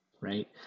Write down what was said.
right